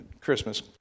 Christmas